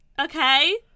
Okay